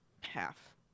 half